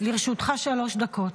לרשותך שלוש דקות.